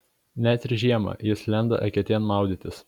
net ir žiemą jis lenda eketėn maudytis